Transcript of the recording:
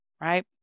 right